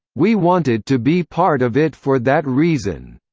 we wanted to be part of it for that reason.